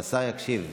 שהשר יקשיב.